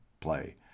play